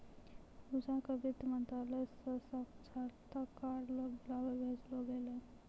पूजा क वित्त मंत्रालय स साक्षात्कार ल बुलावा भेजलो गेलै